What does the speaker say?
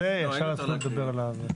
מדברים.